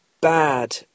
bad